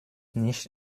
nicht